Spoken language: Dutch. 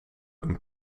een